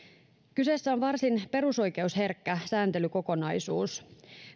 kyseessä on varsin perusoikeusherkkä sääntelykokonaisuus